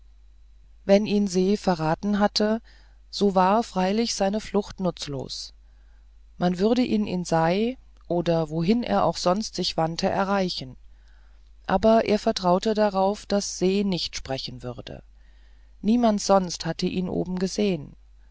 wenn ihn se verraten hatte so war freilich seine flucht nutzlos man würde ihn in sei oder wohin er auch sonst sich wandte erreichen aber er vertraute darauf daß se nicht sprechen würde niemand sonst hatte ihn oben gesehen